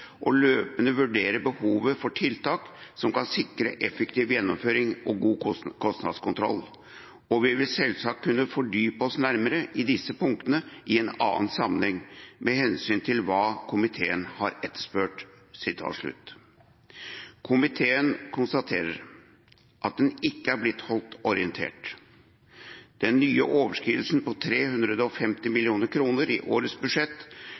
og løpende vurdere behov for tiltak som skal sikre effektiv gjennomføring og god kostnadskontroll, og vi vil selvsagt kunne fordype oss nærmere i disse punktene i en annen sammenheng – med hensyn til hva komiteen har etterspurt.» Komiteen konstaterer at den ikke har blitt holdt orientert. Den nye overskridelsen på 350 mill. kr i årets budsjett